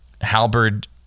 halberd